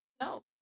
no